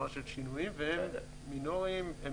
ברמה של שינויים, והם מינוריים.